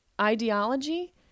ideology